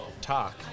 talk